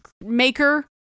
maker